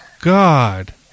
God